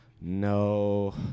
no